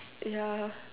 yeah